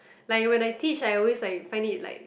like when I teach I always like find it like